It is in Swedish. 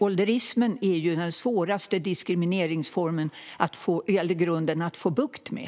Ålderismen är den svåraste diskrimineringsgrunden att få bukt med.